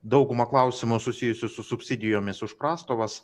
daugumą klausimų susijusių su subsidijomis už prastovas